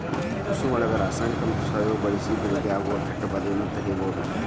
ಕೃಷಿಯೊಳಗ ರಾಸಾಯನಿಕ ಮತ್ತ ಸಾವಯವ ಬಳಿಸಿ ಬೆಳಿಗೆ ಆಗೋ ಕೇಟಭಾದೆಯನ್ನ ತಡೇಬೋದು